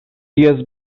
ties